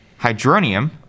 hydronium